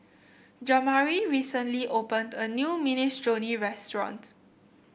Jamari recently opened a new Minestrone restaurant